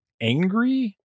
angry